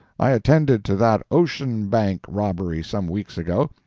i attended to that ocean bank robbery some weeks ago,